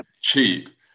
cheap